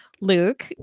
Luke